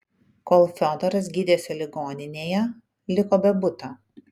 kol fiodoras gydėsi ligoninėje liko be buto